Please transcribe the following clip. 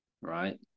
right